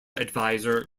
adviser